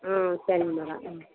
ம் சரிங்க மேடம் ம்